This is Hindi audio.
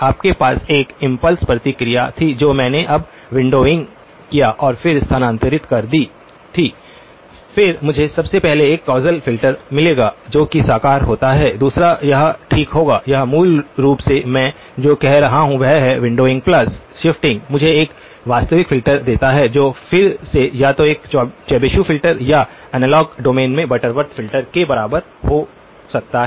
आपके पास एक इम्पल्स प्रतिक्रिया थी जो मैंने तब विण्डोविंग किया और फिर स्थानांतरित कर दी थी फिर मुझे सबसे पहले एक कौसल फ़िल्टर मिलेगा जो कि साकार होता है दूसरा यह ठीक होगा यह मूल रूप से मैं जो कह रहा हूं वह है विण्डोविंग प्लस शिफ्टिंग मुझे एक वास्तविक फिल्टर देता है जो फिर से या तो एक चैबीशेव फ़िल्टर या एनालॉग डोमेन में बटरवर्थ फ़िल्टर के बराबर हो सकता है